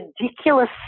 ridiculous